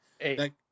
Eight